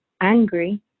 angry